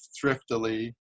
thriftily